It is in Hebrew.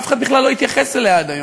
אף אחד בכלל לא התייחס אליה עד היום.